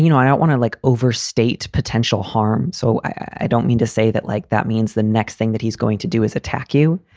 you know i don't want to like overstate potential harm. so i don't mean to say that, like, that means the next thing that he's going to do is attack you.